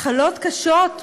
מחלות קשות,